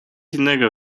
innego